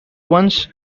once